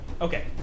Okay